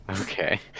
Okay